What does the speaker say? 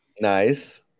Nice